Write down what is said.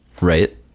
right